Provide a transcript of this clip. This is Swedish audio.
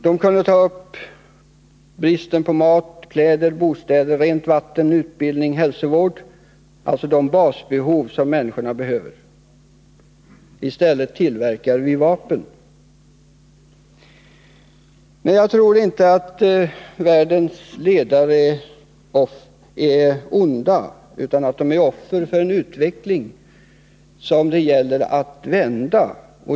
Den kunde ta upp bristen på mat, kläder, bostäder, rent vatten, utbildning, hälsovård — alltså människornas basbehov. I stället tillverkar människorna vapen. Men jag tror inte att världens ledare är onda, utan att de är offer för en utveckling som det gäller att vända.